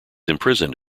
imprisoned